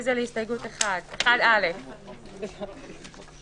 רוויזיה על הסתייגות מס' 7. מי בעד?